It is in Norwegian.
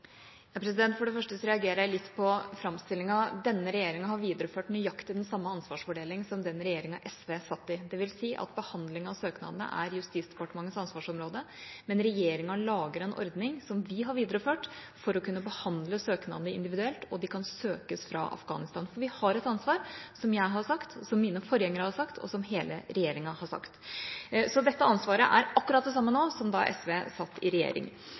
For det første reagerer jeg litt på framstillingen. Denne regjeringa har videreført nøyaktig den samme ansvarsfordelinga som den regjeringa SV satt i. Det vil si at behandlinga av søknadene er Justisdepartementets ansvarsområde, men regjeringa har en ordning, som vi har videreført for å kunne behandle søknadene individuelt – og det kan søkes fra Afghanistan. Vi har et ansvar, som jeg har sagt, som mine forgjengere har sagt, og som hele regjeringa har sagt. Så dette ansvaret er akkurat det samme nå som da SV satt i regjering.